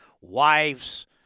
wives